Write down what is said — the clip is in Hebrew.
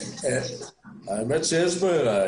האמת שיש ברירה.